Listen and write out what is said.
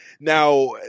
Now